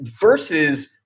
versus